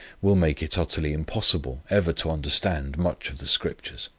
will make it utterly impossible ever to understand much of the scriptures.